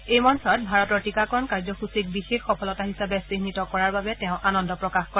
এই মঞ্চত ভাৰতৰ টীকাকৰণ কাৰ্যসুচীক বিশেষ সফলতা হিচাপে চিহ্নিত কৰাৰ বাবে তেওঁ আনন্দ প্ৰকাশ কৰে